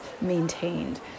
maintained